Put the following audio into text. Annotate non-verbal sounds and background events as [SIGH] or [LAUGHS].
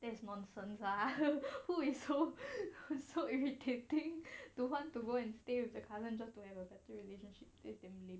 that's nonsense lah who [LAUGHS] is so [BREATH] so [BREATH] irritating [BREATH] don't want to go and stay with the cousin just to have a better relationship that's damn lame